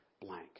blank